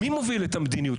מי מוביל את המדיניות?